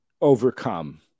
overcome